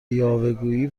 یاوهگویی